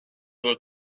were